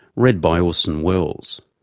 read by orson welles.